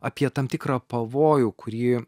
apie tam tikrą pavojų kurį